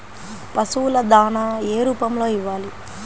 పశువుల దాణా ఏ రూపంలో ఇవ్వాలి?